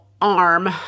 arm